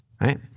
Right